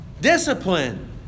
Discipline